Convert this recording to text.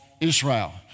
Israel